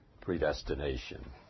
predestination